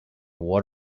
what